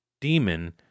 demon